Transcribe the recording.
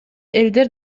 элдер